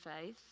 faith